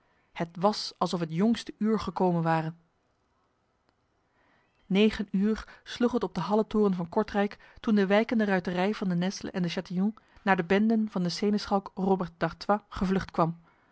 het was alsof het jongste uur gekomen ware negen uur sloeg het op de halletoren van kortrijk toen de wijkende ruiterij van de nesle en de chatillon naar de benden van de seneschalk robert d'artois gevlucht kwam